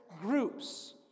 groups